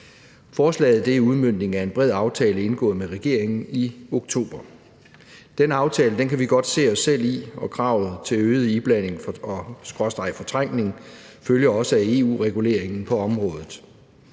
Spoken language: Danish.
Forslaget er en udmøntning af en bred aftale indgået med regeringen i oktober. Den aftale kan vi godt se os selv i, og kravet til øget iblanding skråstreg fortrængning følger også af EU-reguleringen på området,